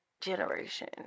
generation